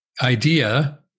idea